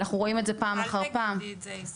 אנחנו נידרש לשאלה הפרשנית הזאת ונביא אותה במסודר.